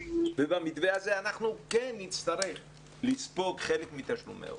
ובמתווה הזה אנחנו כן נצטרך לספוג חלק מתשלומי ההורים.